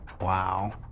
Wow